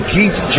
Keith